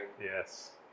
Yes